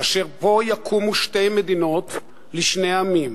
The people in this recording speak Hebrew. ופה יקומו שתי מדינות לשני עמים.